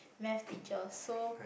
maths teacher so